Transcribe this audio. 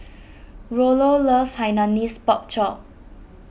Rollo loves Hainanese Pork Chop